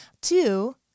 Two